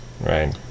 Right